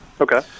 okay